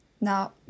Now